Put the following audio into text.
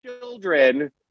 children